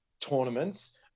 tournaments